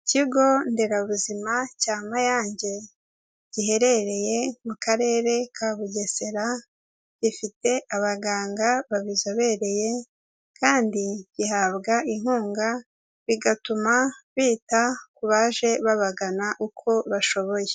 Ikigo nderabuzima cya Mayange giherereye mu karere ka Bugesera, gifite abaganga babizobereye kandi gihabwa inkunga bigatuma bita ku baje babagana uko bashoboye.